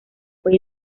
fue